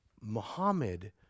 Muhammad